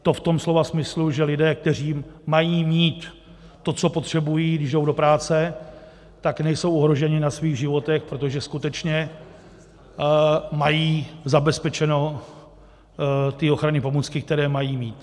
V tom slova smyslu, že lidé, kteří mají mít to, co potřebují, když jdou do práce, tak nejsou ohroženi na svých životech, protože skutečně mají zabezpečené ty ochranné pomůcky, které mají mít.